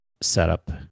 setup